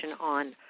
on